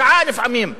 שעה לפעמים,